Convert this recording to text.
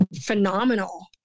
phenomenal